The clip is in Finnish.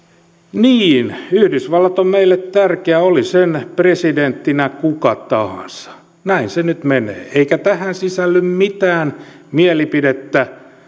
niin yhdysvallat on meille tärkeä oli sen presidenttinä kuka tahansa näin se nyt menee eikä tähän sisälly mitään mielipidettä siitä